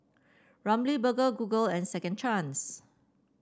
Ramly Burger Google and Second Chance